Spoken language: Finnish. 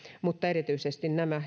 mutta erityisesti nämä